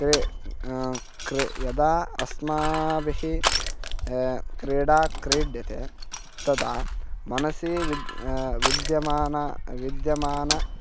क्री क्रि यदा अस्माभिः क्रीडा क्रीड्यते तदा मनसि विद् विद्यमानं विद्यमानं